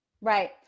right